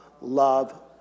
love